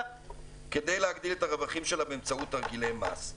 כדי להגדיל את הרווחים שלה באמצעות תרגילי מס.